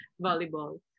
volleyball